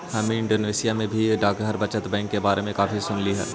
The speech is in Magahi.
हम इंडोनेशिया में भी डाकघर बचत बैंक के बारे में काफी सुनली हल